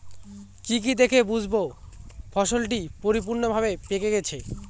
কি কি দেখে বুঝব ফসলটি পরিপূর্ণভাবে পেকে গেছে?